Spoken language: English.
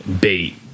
bait